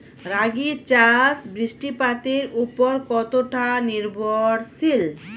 রাগী চাষ বৃষ্টিপাতের ওপর কতটা নির্ভরশীল?